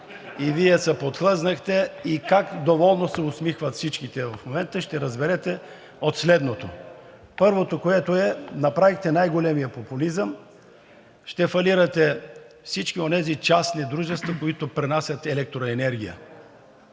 и Вие се подхлъзнахте, и как доволно се усмихват всички те в момента, ще разберете от следното. Първото, което е, направихте най-големия популизъм – ще фалирате всички онези частни дружества, които пренасят електроенергия,